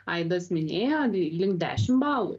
aidas minėjo link dešim balų